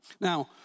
Now